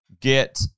get